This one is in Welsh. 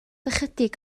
ychydig